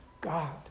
God